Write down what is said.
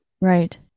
Right